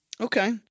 Okay